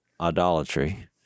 idolatry